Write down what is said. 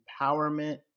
empowerment